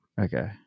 Okay